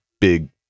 big